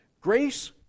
grace